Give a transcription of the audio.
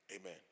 Amen